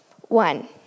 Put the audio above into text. One